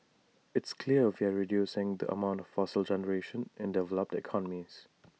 it's clear we're reducing the amount of fossil generation in developed economies